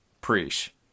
preach